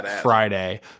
Friday